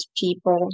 people